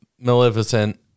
Maleficent